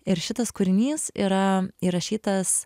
ir šitas kūrinys yra įrašytas